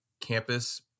campus